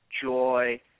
joy